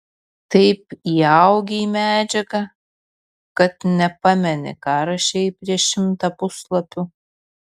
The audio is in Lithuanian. taip įaugi į medžiagą kad nepameni ką rašei prieš šimtą puslapių